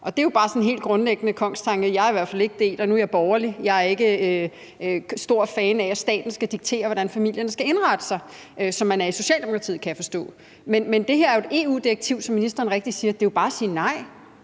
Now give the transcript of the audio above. det er jo bare sådan helt grundlæggende en kongstanke, jeg i hvert fald ikke deler. Nu er jeg borgerlig; jeg er ikke stor fan af, at staten skal diktere, hvordan familierne skal indrette sig, sådan som man er i Socialdemokratiet, kan jeg forstå. Det her er jo et EU-direktiv, som ministeren så rigtigt siger, men det er jo bare at sige nej.